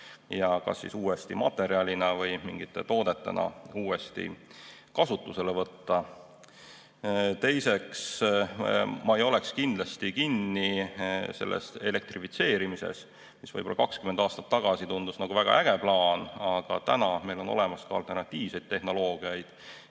ja uuesti kas materjalina või mingite toodetena kasutusele võtta. Teiseks, ma ei oleks kindlasti kinni selles elektrifitseerimises, mis võib‑olla 20 aastat tagasi tundus väga äge plaan, aga täna on meil olemas ka alternatiivseid tehnoloogiaid.